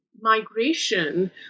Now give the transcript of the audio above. migration